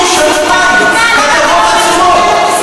אז כשפתאום יש איזה קמפיין שקצת מפריע לכם,